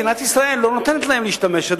מדינת ישראל לא נותנת להן להשתמש בתמונות שלה.